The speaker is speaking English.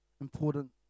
important